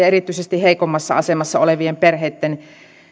erityisesti heikoimmassa asemassa olevien perheitten